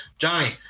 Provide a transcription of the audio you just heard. Johnny